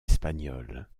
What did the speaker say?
espagnole